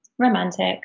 romantic